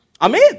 Amen